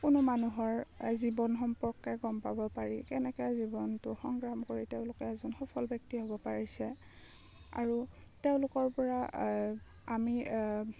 কোনো মানুহৰ জীৱন সম্পৰ্কে গম পাব পাৰি কেনেকৈ জীৱনটো সংগ্ৰাম কৰি তেওঁলোকে এজন সফল ব্যক্তি হ'ব পাৰিছে আৰু তেওঁলোকৰ পৰা আমি